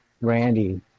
Randy